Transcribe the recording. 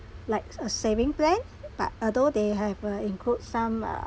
likes a saving plan but although they have uh include some ah